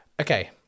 Okay